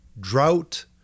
drought